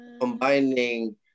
combining